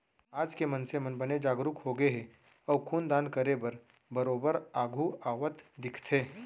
आज के मनसे मन बने जागरूक होगे हे अउ खून दान करे बर बरोबर आघू आवत दिखथे